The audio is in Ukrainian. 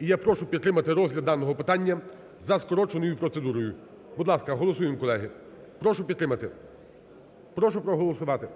І я прошу підтримати розгляд даного питання за скороченою процедурою. Будь ласка, голосуємо, колеги. Прошу підтримати, прошу проголосувати.